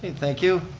thank you.